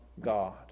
God